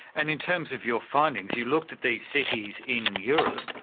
and in terms of your findings, you looked at these cities in europe.